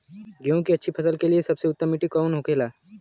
गेहूँ की अच्छी फसल के लिए सबसे उत्तम मिट्टी कौन होखे ला?